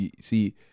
see